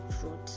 fruit